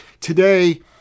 today